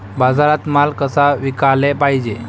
बाजारात माल कसा विकाले पायजे?